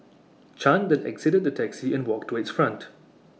chan then exited the taxi and walked to its front